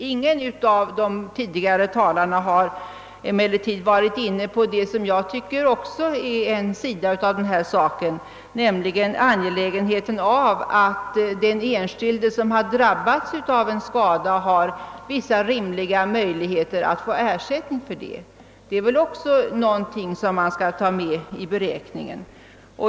Ingen av de tidigare talarna har emellertid varit inne på det som jag tycker också är en sida av denna sak, nämligen angelägenheten av att den enskilde som drabbats av en skada bör ha vissa rimliga möjligheter att få ut ersättning härför. Det är väl också något som man skall ta med i beräkningen.